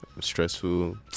stressful